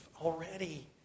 already